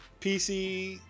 PC